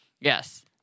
Yes